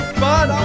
fun